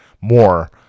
more